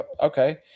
okay